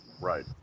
Right